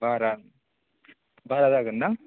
बारा जागोन खोमा